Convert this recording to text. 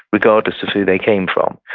regardless of who they came from.